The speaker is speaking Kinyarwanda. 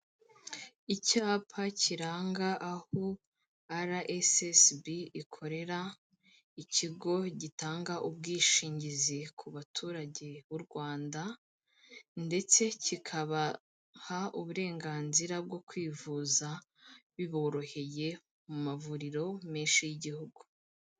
Icyapa kiranga aho RSSB ikorera, ikigo gitanga ubwishingizi ku baturage b'u Rwanda ndetse kikabaha uburenganzira bwo kwivuza biboroheye mu mavuriro menshi y'igihugu.